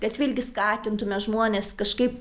kad vėlgi skatintume žmones kažkaip